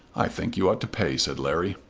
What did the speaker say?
i think you ought to pay, said larry.